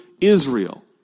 Israel